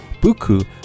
Buku